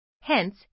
Hence